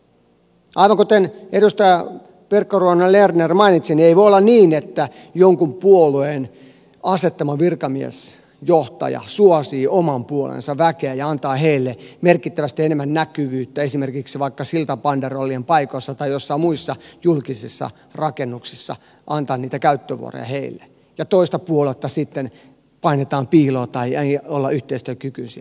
aivan kuten edustaja pirkko ruohonen lerner mainitsi ei voi olla niin että jonkun puolueen asettama virkamiesjohtaja suosii oman puolueensa väkeä ja antaa heille merkittävästi enemmän näkyvyyttä esimerkiksi siltabanderollien paikoissa tai joissain muissa julkisissa rakennuksissa antaa niitä käyttövuoroja heille ja toista puoluetta sitten painetaan piiloon tai ei olla yhteistyökykyisiä